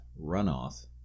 runoff